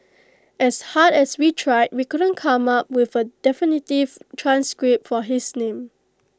as hard as we tried we couldn't come up with A definitive transcript for his name